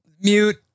mute